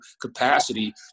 capacity